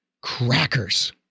crackers